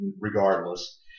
regardless